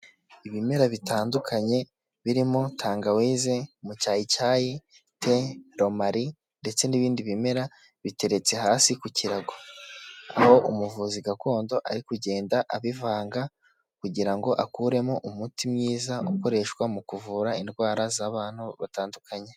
Ibimera bitandukanye birimo tangawizi, mucyayicyayi, te, romali ndetse n'ibindi bimera biteretse hasi ku kirago. Aho umuvuzi gakondo ari kugenda abivanga kugira ngo akuremo umuti mwiza ukoreshwa mu kuvura indwara z'abantu batandukanye.